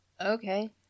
Okay